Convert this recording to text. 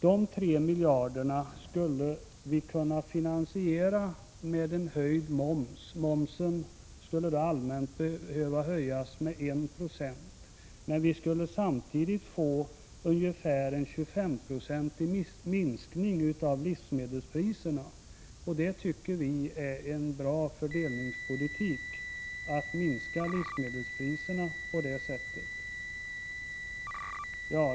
De 3 miljarderna skulle vi kunna finansiera med en höjd moms. Momsen skulle då allmänt behöva höjas med 1 96, men vi skulle samtidigt få en ungefär 25-procentig minskning av livsmedelspriserna. Vi tycker att det är en bra fördelningspolitik att minska livsmedelspriserna på det sättet.